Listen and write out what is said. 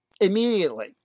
immediately